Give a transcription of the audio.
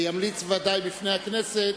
וימליץ בוודאי בפני הכנסת,